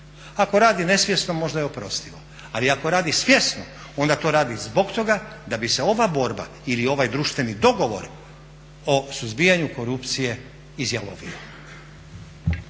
Ako radi nesvjesno možda je oprostivo, ali ako radi svjesno onda to radi zbog toga da bi se ova borba ili ovaj društveni dogovor o suzbijanju korupcije izjalovio.